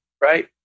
right